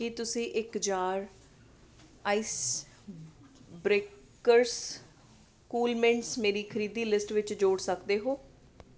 ਕੀ ਤੁਸੀਂ ਇੱਕ jar ice breakers cool mints ਮੇਰੀ ਖਰੀਦੀ ਲਿਸਟ ਵਿੱਚ ਜੋੜ ਸਕਦੇ ਹੋ